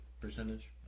percentage